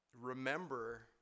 remember